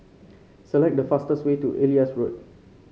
select the fastest way to Elias Road